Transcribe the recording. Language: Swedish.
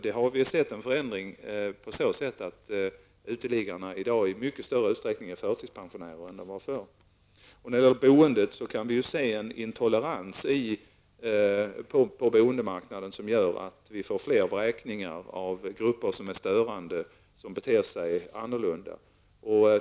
Det har fört med sig att uteliggarna i dag i mycket större utsträckning än tidigare är förtidspensionerade. Vidare kan vi se att det förekommer en intolerans på bostadsmarknaden som gör att det blir fler vräkningar av personer som är störande eller beter sig annorlunda.